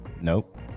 nope